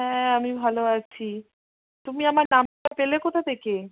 হ্যাঁ আমি ভালো আছি তুমি আমার নম্বর পেলে কোথা থেকে